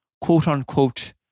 quote-unquote